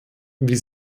wie